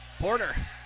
Porter